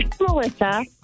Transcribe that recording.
Melissa